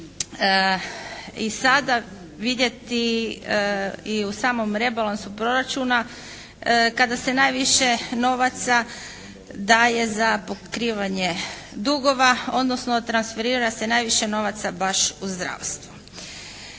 i sada vidjeti i u samom rebalansu proračuna kada se najviše novaca daje za pokrivanje dugova odnosno transferira se najviše novaca baš u zdravstvo.